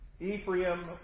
Ephraim